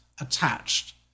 attached